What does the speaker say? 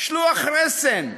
שלוח רסן.